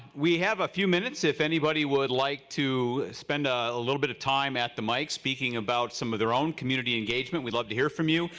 we have a few minutes, if anybody would like to spend ah a little bit of time at the mic speaking about some of their own community engagement, we would love to hear from you.